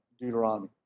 Deuteronomy